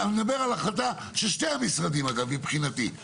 אני מדבר על החלטה של שני המשרדים אגב, מבחינתי.